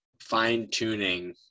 fine-tuning